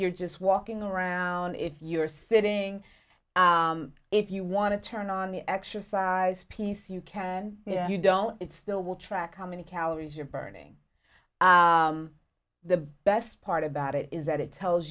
you're just walking around if you are sitting if you want to turn on the exercise piece you can yeah you don't it still will track how many calories you're burning the best part about it is that it tells